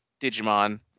digimon